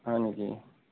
হয় নেকি